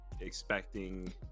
expecting